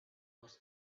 was